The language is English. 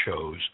shows